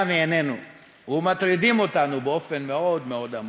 מעינינו ומטרידות אותנו באופן מאוד מאוד עמוק.